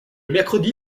mercredi